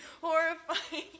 horrifying